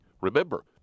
Remember